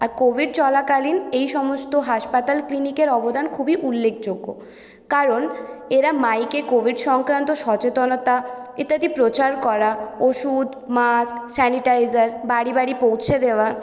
আর Covid চলাকালীন এইসমস্ত হাসপাতাল ক্লিনিকের অবদান খুবই উল্লেখযোগ্য কারণ এরা মাইকে কোভিড সংক্রান্ত সচেতনতা ইত্যাদি প্রচার করা ওষুধ মাস্ক স্যানিটাইজার বাড়ি বাড়ি পৌঁছে দেওয়া